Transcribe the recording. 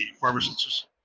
pharmacists